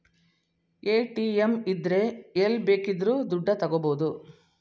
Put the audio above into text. ATM ಇದ್ರೆ ಎಲ್ಲ್ ಬೇಕಿದ್ರು ದುಡ್ಡ ತಕ್ಕಬೋದು